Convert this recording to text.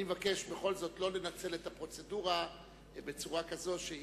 אני מבקש בכל זאת לא לנצל את הפרוצדורה בצורה כזאת.